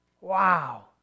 Wow